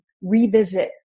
revisit